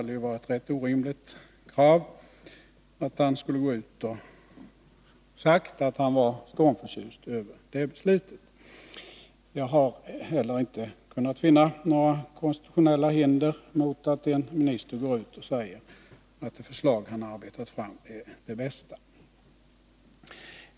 Det är ett orimligt krav att han skulle ha gått ut och sagt att han var stormförtjust över detta beslut. Jag har inte heller kunnat finna några konstitutionella hinder mot att en minister går ut och säger att det förslag som han arbetat fram är det bästa.